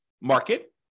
market